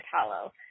Hollow